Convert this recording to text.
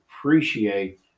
appreciate